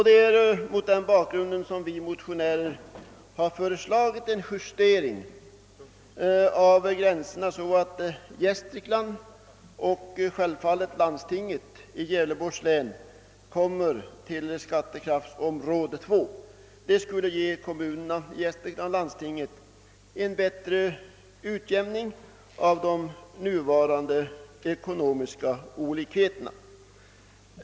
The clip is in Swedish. Det är mot den bakgrunden som vi motionärer föreslagit en justering av gränserna, så att Gästrikland och självfallet landstinget i Gävleborgs län kommer i skattekraftsområde 2. Det skulle ge kommunerna i Gästrikland och landstinget en bättre utjämning av de nuvarande ekonomiska olikheterna.